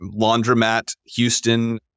laundromathouston